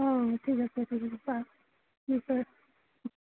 অঁ ঠিক আছে ঠিক আছে ছাৰ নিশ্চয়